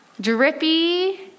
drippy